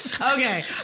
Okay